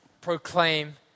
Proclaim